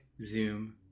zoom